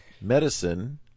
medicine